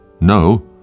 No